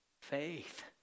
faith